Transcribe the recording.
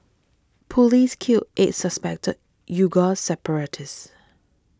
police kill eight suspected Uighur separatists